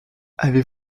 avez